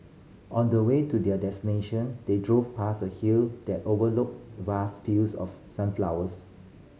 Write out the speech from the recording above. on the way to their destination they drove past a hill that overlooked vast fields of sunflowers